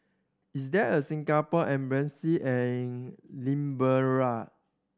is there a Singapore Embassy in Liberia